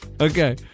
Okay